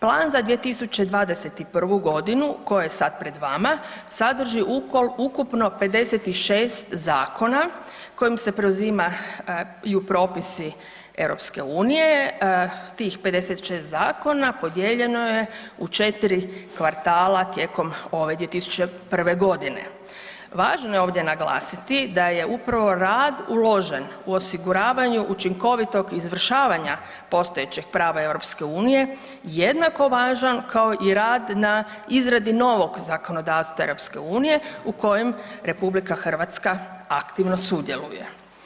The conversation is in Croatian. Plan za 2021.g. koji je sad pred vama sadrži ukupno 56 zakona kojim se preuzimaju propisi EU, tih 56 zakona podijeljeno je 4 kvartala tijekom ove 2021.g. Važno je ovdje naglasiti da je upravo rad uložen u osiguravanju učinkovitog izvršavanja postojećeg prava EU jednako važan kao i rad na izradi novog zakonodavstva EU u kojem RH aktivno sudjeluje.